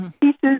pieces